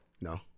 No